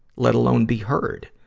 let alone be heard.